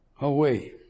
Away